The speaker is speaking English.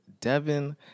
Devin